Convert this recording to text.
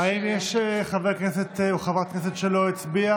בשביל הכיסא הזה אתה מוכן לשלם כל מחיר,